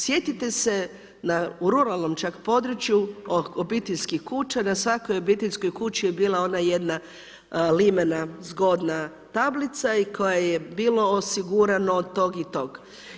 Sjetite se u ruralnom čak području od obiteljskih kuća, na svakoj obiteljskoj kući je bila ona jedna limena, zgodna tablica i koja je bilo osigurano tog i tog.